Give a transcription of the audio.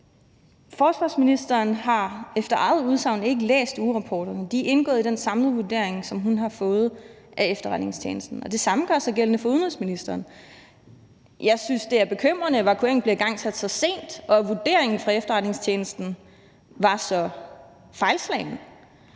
Forsvarsministeren har efter eget udsagn ikke læst ugerapporterne. De er indgået i den samlede vurdering, som hun har fået af efterretningstjenesten, og det samme gør sig gældende for udenrigsministeren. Jeg synes, det er bekymrende, at evakueringen blev igangsat så sent, og at vurderingen fra efterretningstjenesten var så fejlbehæftet,